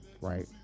right